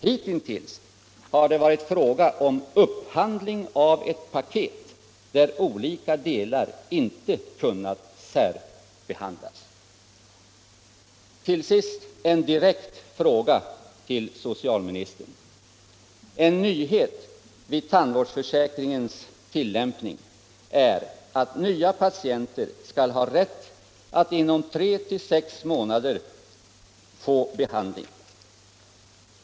Hitintills har det varit fråga om upphandling av ett paket där olika delar inte har kunnat särbehandlas. En nyhet vid tandvårdsförsäkringens tillämpning är att nya patienter skall ha rätt att inom 3-6 månader få behandling.